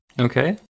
Okay